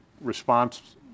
response